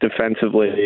Defensively